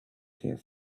care